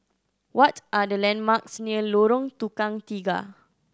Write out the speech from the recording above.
what are the landmarks near Lorong Tukang Tiga